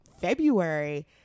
February